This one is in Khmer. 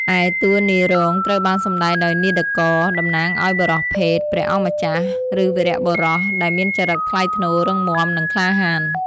ឯ តួនាយរោងត្រូវបានសម្ដែងដោយនាដករ តំណាងឲ្យបុរសភេទ ព្រះអង្គម្ចាស់ ឬវីរបុរស ដែលមានចរិតថ្លៃថ្នូរ រឹងមាំ និងក្លាហាន។